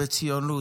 בציונות,